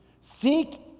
Seek